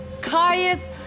Caius